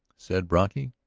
said brocky.